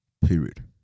Period